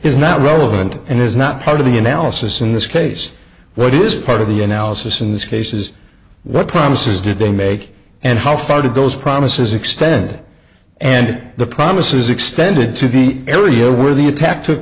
is not relevant and is not part of the analysis in this case what is part of the analysis in these cases what promises did they make and how far did those promises extended and the promises extended to the area where the attack took